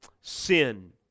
sin